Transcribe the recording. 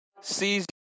sees